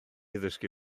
ddysgu